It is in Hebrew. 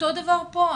אותו דבר פה,